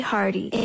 Hardy